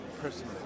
personally